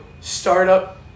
startup